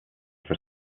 for